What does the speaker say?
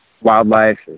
wildlife